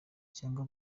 cyangwa